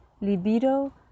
libido